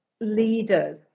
leaders